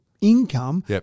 Income